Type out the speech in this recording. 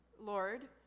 Lord